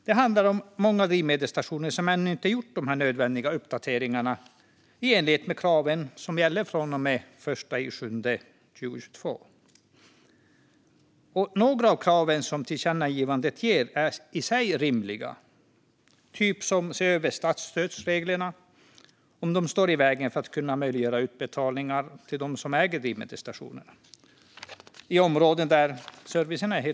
Det handlar om många drivmedelsstationer som ännu inte gjort dessa nödvändiga uppdateringar i enlighet med kraven som gäller från och med den 1 juli 2022. Några av kraven i tillkännagivandet är i sig rimliga, till exempel att statsstödsreglerna ska ses över för att man ska se om de står i vägen för att möjliggöra utbetalningar till dem som äger drivmedelsstationer i områden där servicen är gles.